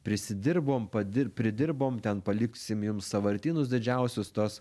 prisidirbom padir pridirbom ten paliksim jums sąvartynus didžiausius tuos